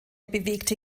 bewegte